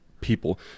people